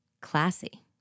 classy